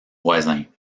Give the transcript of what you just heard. voisin